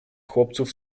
chłopców